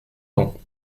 pans